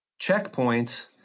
checkpoints